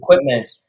equipment